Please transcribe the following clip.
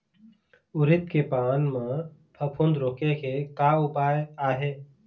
उरीद के पान म फफूंद रोके के का उपाय आहे?